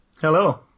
Hello